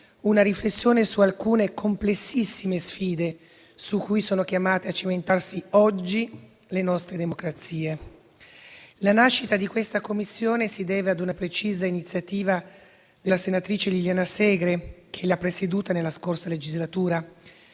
una riflessione su alcune complessissime sfide, su cui sono chiamate a cimentarsi oggi le nostre democrazie. La nascita di questa Commissione si deve a una precisa iniziativa della senatrice Liliana Segre, che l'ha presieduta nella scorsa legislatura.